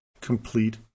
complete